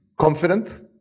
confident